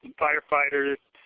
firefighters,